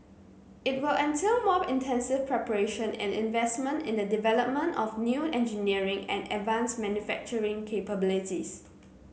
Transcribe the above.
it will entail more intensive preparation and investment in the development of new engineering and advanced manufacturing capabilities